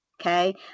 Okay